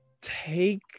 take